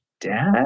dad